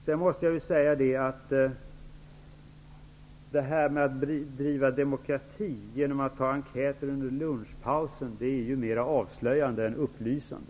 Jag måste säga att uttalandet om att bedriva demokrati genom att göra enkäter under lunchpausen är mer avslöjande än upplysande.